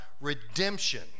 redemption